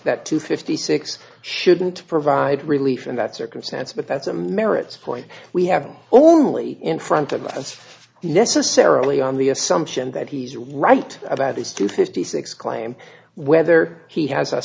that two fifty six shouldn't provide relief in that circumstance but that's a merits point we have only in front of us necessarily on the assumption that he's right about these two fifty six claim whether he has a